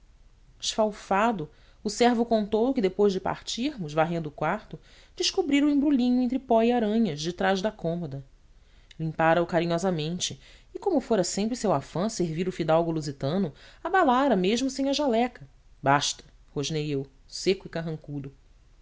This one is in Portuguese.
esfalfado o servo contou que depois de pararmos varrendo o quarto descobrira o embrulhinho entre pó e aranhas detrás da cômoda limpara o carinhosamente e como fora sempre seu afã servir o fidalgo lusitano abalara mesmo sem a jaleca basta rosnei eu seco e carrancudo